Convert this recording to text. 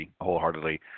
Wholeheartedly